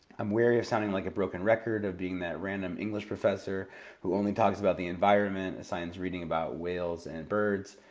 i'm wary of sounding like a broken record, of being that random english professor who only talks about the environment, assigns readings about whales and birds,